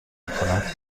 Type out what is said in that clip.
میکند